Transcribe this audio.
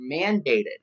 mandated